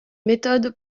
méthode